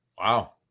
Wow